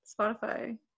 Spotify